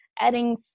adding